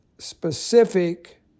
specific